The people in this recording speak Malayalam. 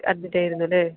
അഡ്മിറ്റ് ആയിരുന്നു അല്ലേ